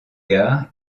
gare